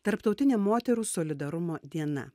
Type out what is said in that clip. tarptautinė moterų solidarumo diena